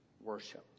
worship